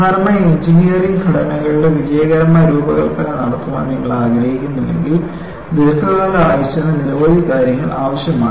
അവസാനമായി എഞ്ചിനീയറിംഗ് ഘടനകളുടെ വിജയകരമായ രൂപകൽപ്പന നടത്താൻ നിങ്ങൾ ആഗ്രഹിക്കുന്നുവെങ്കിൽ ദീർഘകാല ആയുസ്സിന് നിരവധി കാര്യങ്ങൾ ആവശ്യമാണ്